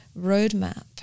roadmap